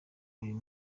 uyu